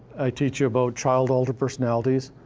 i teach you about child alter personalities.